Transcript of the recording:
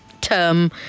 term